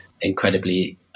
incredibly